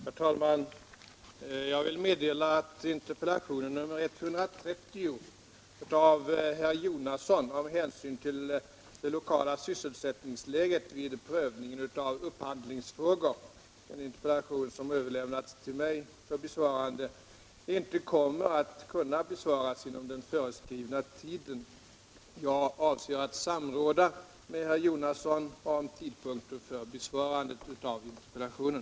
Herr talman! Jag vill meddela att interpellationen nr 130 av herr Jonasson om hänsyn till det lokala sysselsättningsläget vid prövning av upphandlingsfrågor, vilken överlämnats till mig för besvarande, inte kommer att kunna besvaras inom den föreskrivna tiden. Jag avser att samråda med herr Jonasson om tidpunkten för besvarandet av interpellationen.